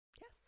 yes